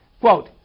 Quote